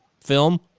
film